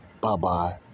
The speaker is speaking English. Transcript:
Bye-bye